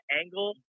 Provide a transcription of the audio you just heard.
angle